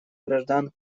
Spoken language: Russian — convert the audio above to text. граждан